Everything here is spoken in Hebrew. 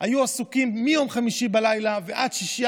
היו עסוקים מיום חמישי בלילה ועד שישי,